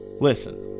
Listen